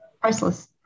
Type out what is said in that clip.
priceless